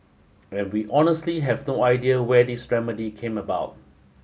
and we honestly have no idea where this remedy came about